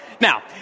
Now